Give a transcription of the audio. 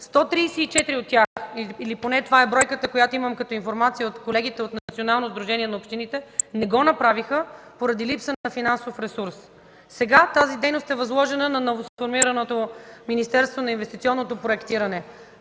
от тях, или поне това е бройката, която имам като информация от колегите от Националното сдружение на общините, не го направиха поради липса на финансов ресурс. Сега тази дейност е възложена на новосформираното Министерство на инвестиционното проектиране.